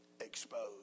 exposed